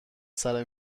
سرمه